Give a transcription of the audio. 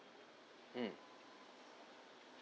mm